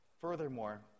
Furthermore